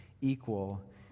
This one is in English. Equal